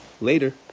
Later